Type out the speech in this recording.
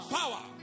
power